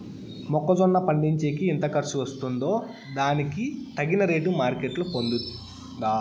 మొక్క జొన్న పండించేకి ఎంత ఖర్చు వస్తుందో దానికి తగిన రేటు మార్కెట్ లో పోతుందా?